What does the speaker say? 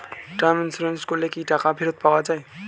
Term insurance করলে কি টাকা ফেরত পাওয়া যায়?